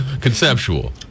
Conceptual